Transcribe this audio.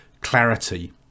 clarity